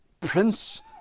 prince